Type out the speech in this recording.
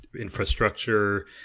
infrastructure